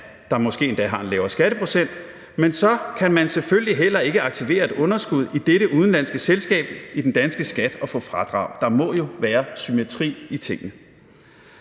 der måske endda har en lavere skatteprocent, men så kan man selvfølgelig heller ikke aktivere et underskud i dette udenlandske selskab i den danske skat og få fradrag. Der må jo være symmetri i tingene.